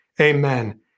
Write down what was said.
Amen